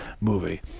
movie